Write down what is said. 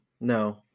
no